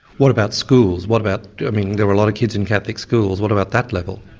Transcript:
what about schools? what about, i mean, there are a lot of kids in catholic schools, what about that level?